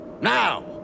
Now